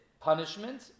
punishment